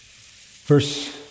Verse